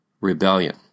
rebellion